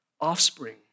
offspring